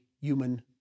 human